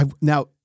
now